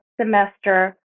semester